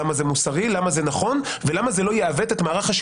למה זה מוסרי,